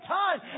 time